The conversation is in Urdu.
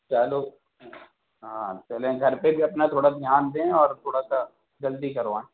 چلو ہاں چلیں گھر پہ بھی اپنا تھوڑا دھیان دیں اور تھوڑا سا جلدی کروائیں